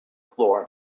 floor